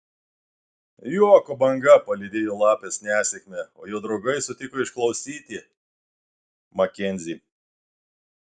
juoko banga palydėjo lapės nesėkmę o jo draugai sutiko išklausyti makenzį